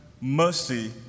mercy